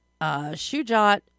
Shujat